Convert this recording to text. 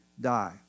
die